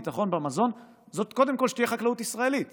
ביטחון במזון זה קודם כול שתהיה חקלאות ישראלית